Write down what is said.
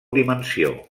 dimensió